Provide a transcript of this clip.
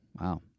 Wow